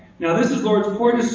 now this is lawrence pordes,